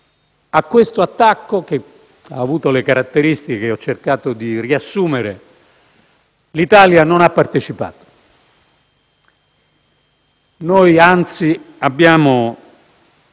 A questo attacco, che ha avuto le caratteristiche che ho cercato di riassumere, l'Italia non ha partecipato. Abbiamo,